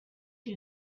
you